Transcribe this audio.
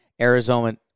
Arizona